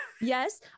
Yes